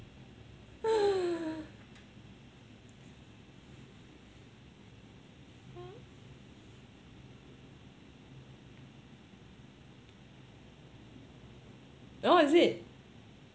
oh is it